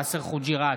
יאסר חוג'יראת,